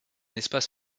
espace